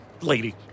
Lady